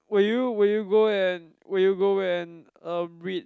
will you will you go and will you go and um read